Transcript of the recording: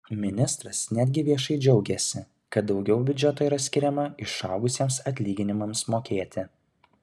ministras netgi viešai džiaugėsi kad daugiau biudžeto yra skiriama išaugusiems atlyginimams mokėti